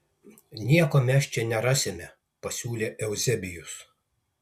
nieko mes čia nerasime pasiūlė euzebijus